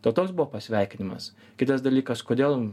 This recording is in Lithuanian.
to toks buvo pasveikinimas kitas dalykas kodėl